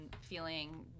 feeling